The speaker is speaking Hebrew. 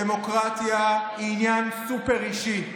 דמוקרטיה היא עניין סופר-אישי.